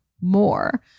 more